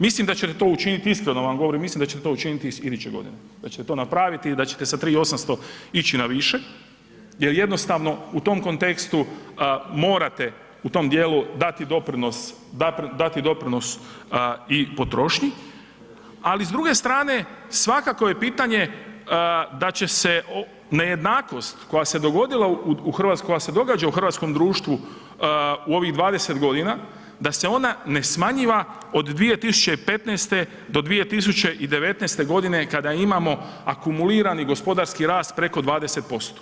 Mislim da će to učiniti, iskreno vam govorim, mislim da će to učiniti iduće godine, da će to napraviti i da ćete s 3800 ići na više jer jednostavno u tom kontekstu, morate, u tom dijelu dati doprinos, dati doprinos i potrošnji, ali s druge strane, svakako je pitanje da će se nejednakost koja se dogodila u hrvatskom, koja se događa u hrvatskom društvu u ovih 20 godina, da se ona ne smanjuje do 2015. do 2019. g. kada imamo akumulirani gospodarski rast preko 20%